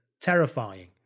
terrifying